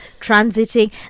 transiting